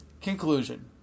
conclusion